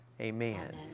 Amen